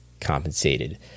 compensated